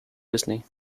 disney